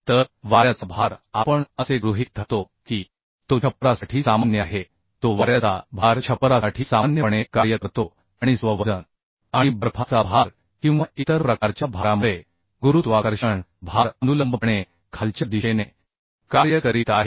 तर वाऱ्याचा भार आपण असे गृहीत धरतो की तो छप्परासाठी सामान्य आहे तो वाऱ्याचा भार छप्परासाठी सामान्यपणे कार्य करतो आणि स्व वजन आणि बर्फाचा भार किंवा इतर प्रकारच्या भारामुळे गुरुत्वाकर्षण भार अनुलंबपणे खालच्या दिशेने कार्य करीत आहे